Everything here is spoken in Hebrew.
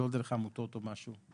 לא דרך העמותות או משהו.